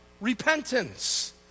repentance